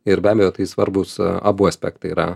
ir be abejo tai svarbūs abu aspektai yra